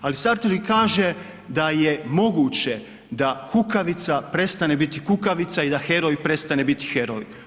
Ali Sartre i kaže da je moguće da kukavica prestane biti kukavica i da heroj prestane biti heroj.